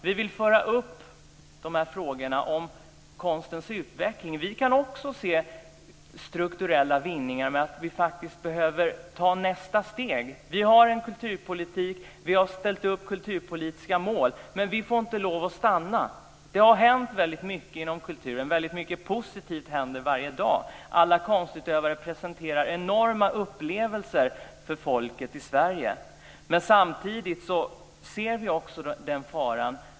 Vi vill föra upp frågorna om konstens utveckling. Vi kan också se strukturella vinningar med att vi behöver ta nästa steg. Vi har en kulturpolitik, vi har ställt upp kulturpolitiska mål, men vi får inte lov att stanna. Det har hänt mycket inom kulturen. Mycket positivt händer varje dag. Alla konstutövare presenterar enorma upplevelser för folket i Sverige. Men samtidigt ser vi också en fara.